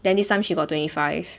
then this time she got twenty five